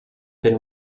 been